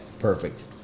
Perfect